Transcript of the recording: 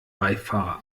beifahrer